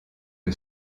que